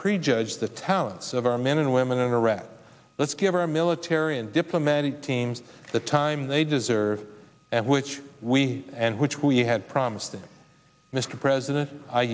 prejudge the talents of our men and women in iraq let's give our military and diplomatic teams the time they deserve and which we and which we had promised mr president i